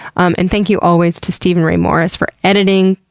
um and thank you always to steven ray morris for editing.